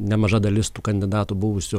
nemaža dalis tų kandidatų buvusių